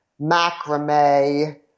macrame